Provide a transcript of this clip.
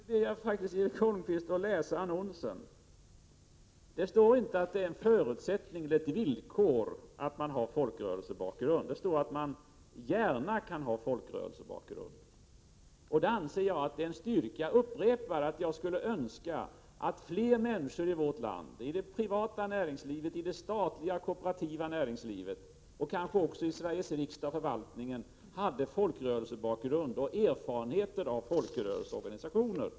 Herr talman! Nu ber jag faktiskt Erik Holmkvist att läsa annonsen. Det står inte att det är en förutsättning eller ett villkor att man har folkrörelsebakgrund för att man skall kunna komma i fråga. Det står att man gärna kan ha folkrörelsebakgrund. Det är en styrka. Jag upprepar att jag skulle önska att fler människor i vårt land —i det privata näringslivet, i det statliga och i det kooperativa näringslivet och kanske också i Sveriges riksdag och i förvaltningen — hade folkrörelsebakgrund och erfarenheter av folkrörelseorganisationer.